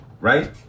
right